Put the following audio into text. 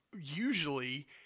usually